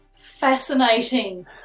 Fascinating